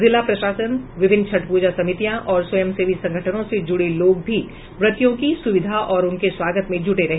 जिला प्रशासन विभिन्न छठ पूजा समितियां और स्वयं सेवी संगठनों से जुड़े लोग भी व्रतियों की सुविधा और उनके स्वागत में जूटे रहे